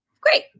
great